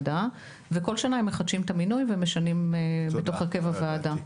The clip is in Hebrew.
וכל שנה הם מחדשים את המינוי ומשנים את הרכב הוועדה.